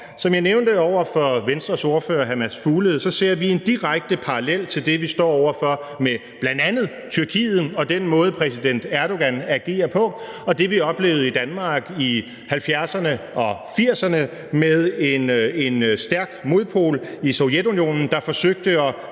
Som jeg nævnte over for Venstres ordfører, hr. Mads Fuglede, ser vi en direkte parallel mellem det, vi står over for med bl.a. Tyrkiet og den måde, som præsident Erdogan agerer på, og det, som vi oplevede i Danmark i 1970'erne og 1980'erne med en stærk modpol i Sovjetunionen, der forsøgte at